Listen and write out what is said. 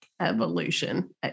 evolution